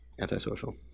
antisocial